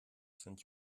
sind